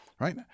Right